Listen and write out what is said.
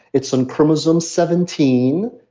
it's on chromosome seventeen,